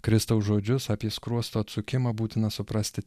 kristaus žodžius apie skruosto atsukimą būtina suprasti